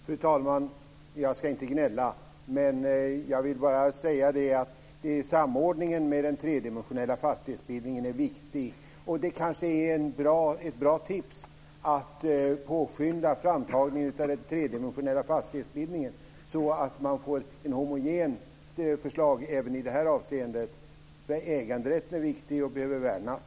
Fru talman! Jag ska inte gnälla. Jag vill bara säga att samordningen med den tredimensionella fastighetsbildningen är viktig. Det är kanske ett bra tips att påskynda framtagningen av den så att man får ett homogent förslag även i detta avseende. Äganderätten är viktig och behöver värnas.